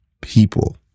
people